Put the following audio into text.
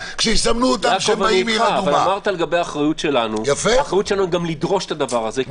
אני אתך, אבל האחריות שלנו גם לדרוש את הדבר הזה.